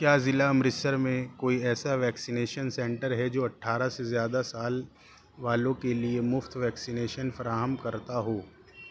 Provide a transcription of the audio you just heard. کیا ضلع امرتسر میں کوئی ایسا ویکسینیشن سنٹر ہے جو اٹھارہ سے زیادہ سال والوں کے لیے مفت ویکسینیشن فراہم کرتا ہو